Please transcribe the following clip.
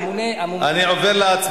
תודה, אני מעריכה.